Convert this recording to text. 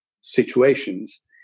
situations